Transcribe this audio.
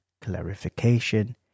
clarification